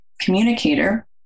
communicator